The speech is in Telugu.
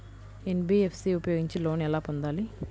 ఎన్.బీ.ఎఫ్.సి ఉపయోగించి లోన్ ఎలా పొందాలి?